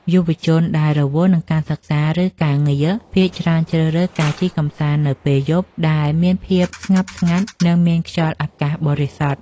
យុវជនដែលរវល់នឹងការសិក្សា ឬការងារ ភាគច្រើនជ្រើសរើសការជិះកម្សាន្តនៅពេលយប់ដែលមានភាពស្ងប់ស្ងាត់ និងមានខ្យល់អាកាសបរិសុទ្ធ។